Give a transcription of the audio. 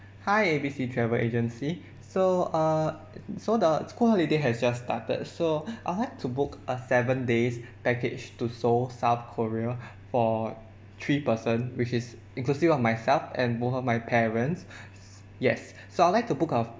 hi A B C travel agency so uh so the school holiday has just started so I will like to book a seven days package to seoul south korea for three person which is inclusive of myself and both of my parents s~ yes so I will like to book a